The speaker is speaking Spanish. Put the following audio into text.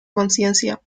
conciencia